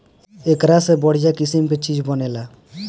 एकरा से बढ़िया किसिम के चीज बनेला